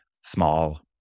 small